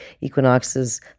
equinoxes